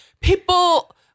people